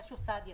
סעד ישיר.